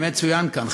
באמת צוין כאן,